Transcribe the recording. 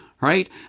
Right